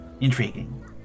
intriguing